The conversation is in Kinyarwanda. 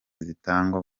zitangwa